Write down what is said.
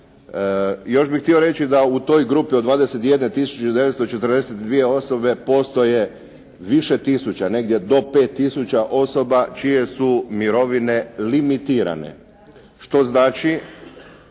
Još bih htio reći da u toj grupi od 21 tisuće 242 osobe postoje više tisuća, negdje do 5 tisuća osoba čije su mirovne limitirane. Što znači,